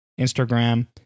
Instagram